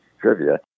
trivia